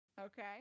Okay